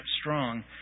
strong